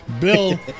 Bill